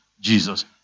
Jesus